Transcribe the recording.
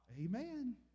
Amen